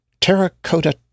Terracotta